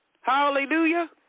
Hallelujah